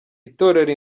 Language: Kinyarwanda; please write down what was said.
itorero